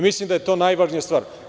Mislim da je to najvažnija stvar.